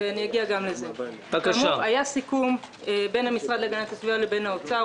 היה סיכום בין המשרד להגנת הסביבה לבין האוצר,